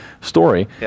story